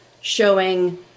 showing